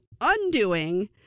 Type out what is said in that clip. undoing